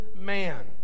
man